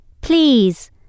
Please